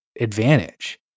advantage